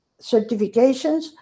certifications